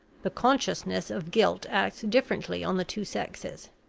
the consciousness of guilt acts differently on the two sexes.